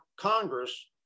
Congress